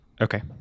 Okay